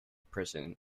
prison